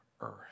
earth